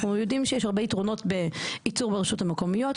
אנחנו יודעים שיש הרבה יתרונות בייצור ברשויות המקומיות,